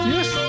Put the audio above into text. Yes